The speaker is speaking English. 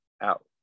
out